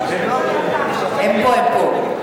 הם פה, הם פה.